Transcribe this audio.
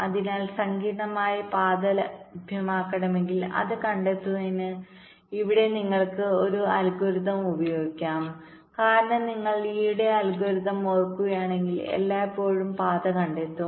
അതിനാൽ സങ്കീർണ്ണമായ പാത ലഭ്യമാണെങ്കിൽ അത് കണ്ടെത്തുന്നതിന് ഇവിടെ നിങ്ങൾക്ക് ഒരു അൽഗോരിതം ഉപയോഗിക്കാം കാരണം നിങ്ങൾ ലീയുടെ അൽഗോരിതം ഓർക്കുകയാണെങ്കിൽ എല്ലായ്പ്പോഴും പാത കണ്ടെത്തും